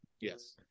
Yes